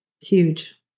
Huge